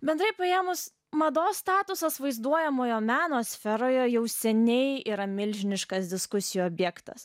bendrai paėmus mados statusas vaizduojamojo meno sferoje jau seniai yra milžiniškas diskusijų objektas